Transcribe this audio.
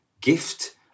gift